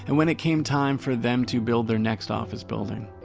and when it came time for them to build their next office building,